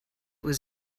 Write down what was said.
was